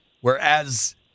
Whereas